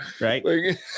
Right